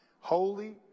Holy